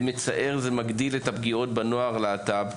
למצער, זה מגדיל את הפגיעות בנוער הלהט"ב.